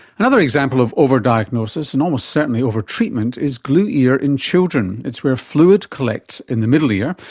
another example of over-diagnosis and almost certainly over-treatment is glue ear in children. it's where fluid collects in the middle ear,